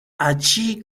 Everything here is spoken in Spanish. allí